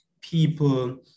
people